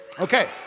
Okay